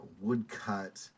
woodcut